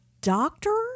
doctor